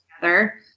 together